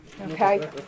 Okay